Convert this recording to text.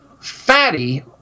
fatty